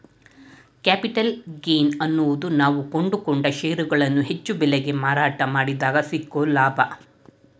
capital gain ಅನ್ನೋದು ನಾವು ಕೊಂಡುಕೊಂಡ ಷೇರುಗಳನ್ನು ಹೆಚ್ಚು ಬೆಲೆಗೆ ಮಾರಾಟ ಮಾಡಿದಗ ಸಿಕ್ಕೊ ಲಾಭ